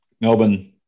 Melbourne